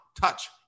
touch